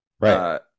Right